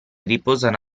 riposano